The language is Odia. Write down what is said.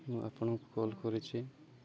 ମୁଁ ଆପଣଙ୍କୁ କଲ୍ କରିଛି